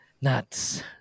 Nuts